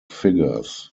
figures